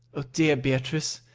o dear beatrice,